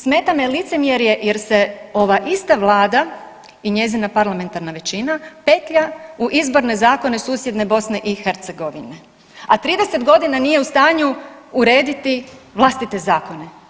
Smeta me licemjerje jer se ova ista Vlada i njezina parlamentarna većina petlja u izborne zakone susjedne BiH, a 30 godina nije u stanju urediti vlastite zakone.